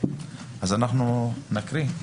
אז אנחנו נקריא את